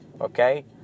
okay